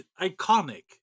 iconic